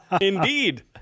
Indeed